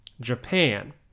Japan